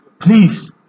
Please